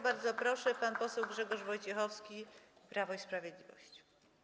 Bardzo proszę, pan poseł Grzegorz Wojciechowski, Prawo i Sprawiedliwość.